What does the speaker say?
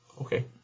Okay